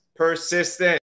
Persistent